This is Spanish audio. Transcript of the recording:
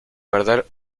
perder